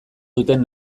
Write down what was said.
duten